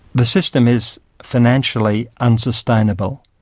the system is financially unsustainable.